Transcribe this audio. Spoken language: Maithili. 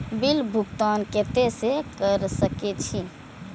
बिल भुगतान केते से कर सके छी?